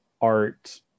art